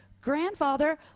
grandfather